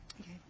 Okay